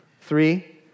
Three